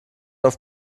auf